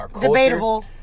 debatable